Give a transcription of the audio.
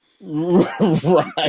Right